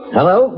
Hello